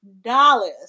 dollars